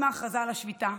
עם ההכרזה על השביתה,